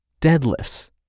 deadlifts